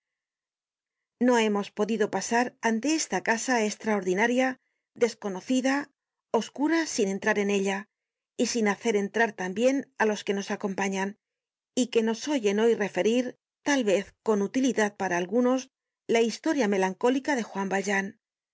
no hemos podido pasar ante esta casa estraordinaria desconocida oscura sin entrar en ella y sin hacer entrar tambien á los que nos acompañan y que nos oyen hoy referir tal vez con utilidad para algunos la historia melancólica de juan valjean